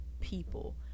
people